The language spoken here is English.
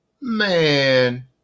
Man